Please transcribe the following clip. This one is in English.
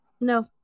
No